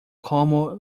como